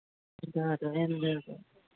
زیادٕ حظ زیادٕ